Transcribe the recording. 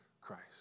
Christ